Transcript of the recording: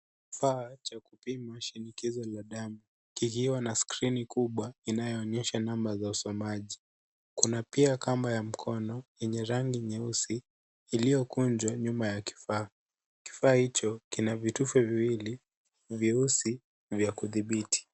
Kifaa cha kupima shinikizo la damu. Kikiwa na skrini kubwa inayo onyesha namba za usomaji. Kuna pia kamba ya mkono yenye rangi nyeusi, iliyokunjwa nyuma ya kifaa. Kifaa hicho kina vitufe viwili vyeusi na vya kudhibiti.